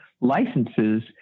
licenses